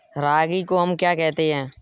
रागी को हम क्या कहते हैं?